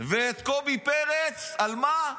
ואת קובי פרץ, על מה?